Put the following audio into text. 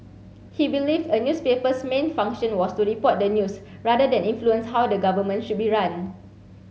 he believed a newspaper's main function was to report the news rather than influence how the government should be run